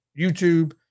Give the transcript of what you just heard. YouTube